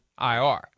IR